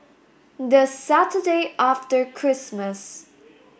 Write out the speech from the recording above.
the Saturday after Christmas